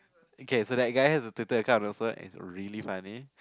okay so that guy has a Twitter account also and it's really funny